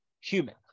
human